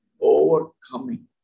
overcoming